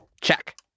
Check